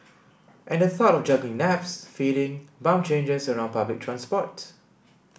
and the thought of juggling naps feeding bum changes around public transport